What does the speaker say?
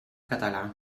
català